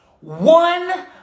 One